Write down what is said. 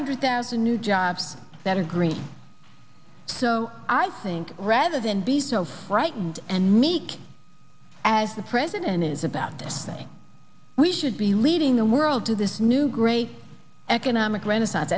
hundred thousand new jobs that agree so i think rather than be so frightened and meek as the president is about to say we should be leading the world to this new great economic renaissance